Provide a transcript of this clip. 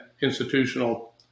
institutional